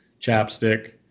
chapstick